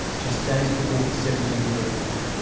just days before his seventeenth birthday.